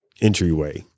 entryway